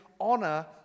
honor